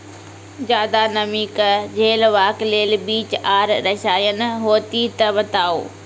ज्यादा नमी के झेलवाक लेल बीज आर रसायन होति तऽ बताऊ?